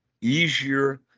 easier